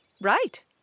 Right